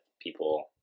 people